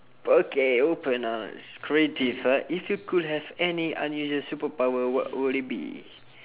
okay open now it's creative uh if you could have any unusual superpower what would it be